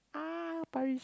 ah Parish